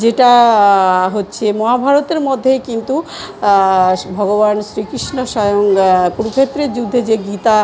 যেটা হচ্ছে মহাভারতের মধ্যেই কিন্তু ভগবান শ্রীকৃষ্ণ স্বয়ং কুরুক্ষেত্রের যুদ্ধে যে গীতা